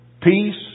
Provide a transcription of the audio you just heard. peace